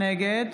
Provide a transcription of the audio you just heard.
נגד